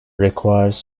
requires